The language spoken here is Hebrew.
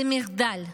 זה מחדל.